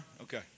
Okay